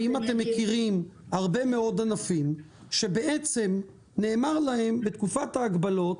האם אתם מכירים הרבה מאוד ענפים שבעצם נאמר להם לתקופת ההגבלות,